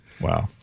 Wow